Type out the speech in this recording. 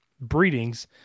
breedings